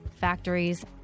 factories